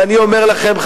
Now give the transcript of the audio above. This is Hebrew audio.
ואני אומר לכם,